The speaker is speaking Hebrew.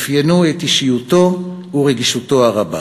אפיינו את אישיותו ואת רגישותו הרבה.